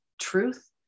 truth